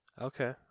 Okay